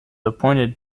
appointed